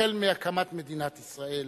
החל מהקמת מדינת ישראל,